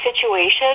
situation